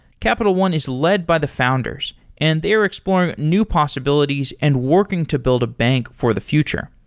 capital one is led by the founders and they're exploring new possibilities and working to build a bank for the future.